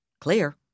Clear